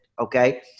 Okay